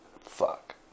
fuck